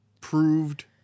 proved